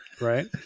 Right